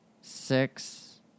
Six